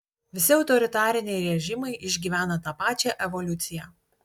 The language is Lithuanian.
visi autoritariniai režimai išgyvena tą pačią evoliuciją